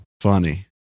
Funny